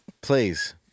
Please